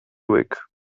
week